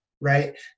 right